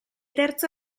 terzo